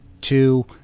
two